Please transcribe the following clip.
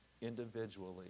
individually